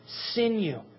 sinew